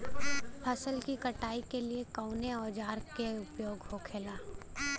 फसल की कटाई के लिए कवने औजार को उपयोग हो खेला?